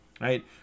Right